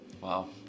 Wow